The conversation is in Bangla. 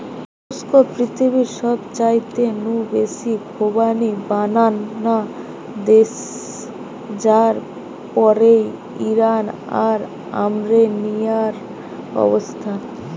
তুরস্ক পৃথিবীর সবচাইতে নু বেশি খোবানি বানানা দেশ যার পরেই ইরান আর আর্মেনিয়ার অবস্থান